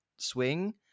swing